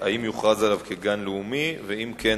כי משרדך החליט שלא לנקוט צעדים נגד האחראים לזיהום הירקון לפני כשנה,